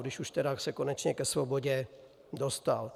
Když už se konečně ke svobodě dostal.